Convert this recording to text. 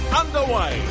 underway